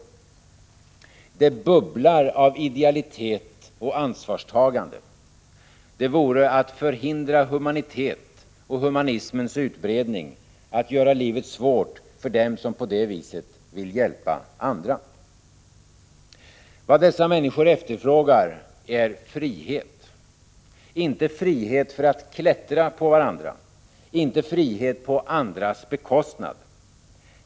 Det bubblar av idealitet och ansvarstagande. Det vore att förhindra humanitet och humanismens utbredning att göra livet svårt för dem som på det viset vill hjälpa andra. Vad dessa människor efterfrågar är frihet. Inte frihet för att klättra på varandra, inte frihet på andras bekostnad.